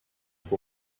who